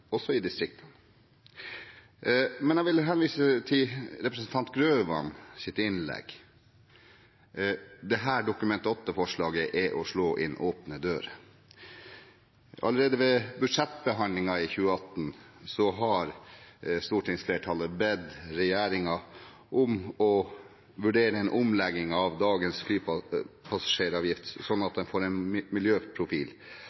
også i distriktene. Men jeg vil henvise til representanten Grøvans innlegg. Dette Dokument 8-forslaget er å slå inn åpne dører. Allerede ved budsjettbehandlingen for 2018 har stortingsflertallet bedt regjeringen om å vurdere en omlegging av dagens flypassasjeravgift, slik at